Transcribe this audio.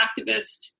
activist